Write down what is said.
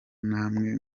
namwe